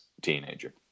teenager